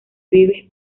vives